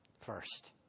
first